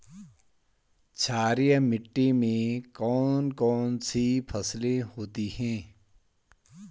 क्षारीय मिट्टी में कौन कौन सी फसलें होती हैं?